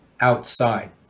outside